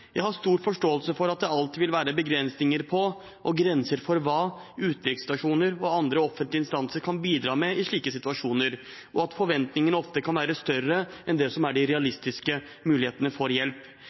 Jeg har stor forståelse for at det alltid vil være begrensninger på og grenser for hva utenriksstasjoner og andre offentlige instanser kan bidra med i slike situasjoner, og at forventningene ofte kan være større enn det som er de